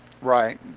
Right